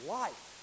life